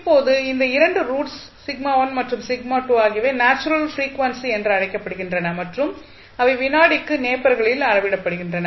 இப்போது இந்த 2 ரூட்ஸ் மாற்றும் ஆகியவை நேச்சுரல் பிரீஃவென்சி என்று அழைக்கப்படுகின்றன மற்றும் அவை வினாடிக்கு நேப்பர்களில் அளவிடப்படுகின்றன